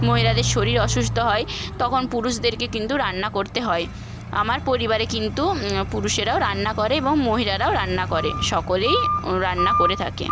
মহিলাদের শরীর অসুস্থ হয় তখন পুরুষদেরকে কিন্তু রান্না করতে হয় আমার পরিবারে কিন্তু পুরুষেরাও রান্না করে এবং মহিলারাও রান্না করে সকলেই রান্না করে থাকে